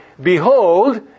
Behold